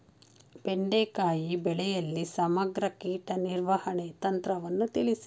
ಬೆಂಡೆಕಾಯಿ ಬೆಳೆಯಲ್ಲಿ ಸಮಗ್ರ ಕೀಟ ನಿರ್ವಹಣೆ ತಂತ್ರವನ್ನು ತಿಳಿಸಿ?